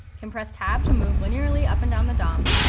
can press tab to move linearly up and down the dom,